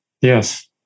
Yes